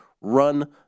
run